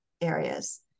areas